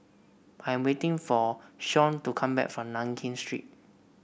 I am waiting for Shon to come back from Nankin Street